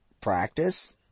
practice